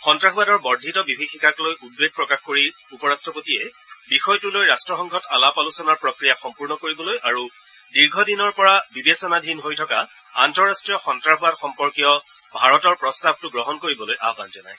সন্তাসবাদৰ বৰ্ধিত বিভীষিকাক লৈ উদ্বেগ প্ৰকাশ কৰি উপৰাট্টপতিয়ে বিষয়টো লৈ ৰট্টসংঘত আলাপ আলোচনাৰ প্ৰফ্ৰিয়া সম্পূৰ্ণ কৰিবলৈ আৰু দীৰ্ঘ দিনৰ পৰা বিবেচনাধীন হৈ থকা আন্তঃৰাষ্ট্ৰীয় সন্তাসবাদ সম্পৰ্কীয় ভাৰতৰ প্ৰস্তাৱটো গ্ৰহণ কৰিবলৈ আয়ন জনায়